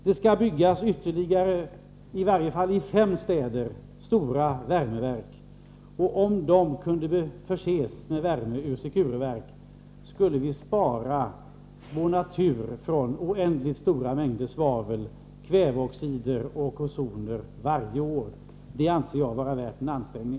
Det skall byggas stora värmeverk i ytterligare åtminstone fem städer, och om dessa kunde förses med värme ur Secure-verk, skulle vi bespara vår natur oändligt stora mängder svavel, kväveoxider och ozon varje år. Det anser jag vara värt en ansträngning.